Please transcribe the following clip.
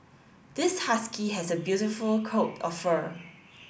this husky has a beautiful coat of fur